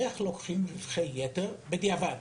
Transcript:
איך לוקחים רווחי יתר בדיעבד?